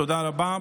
תודה רבה.